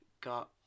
got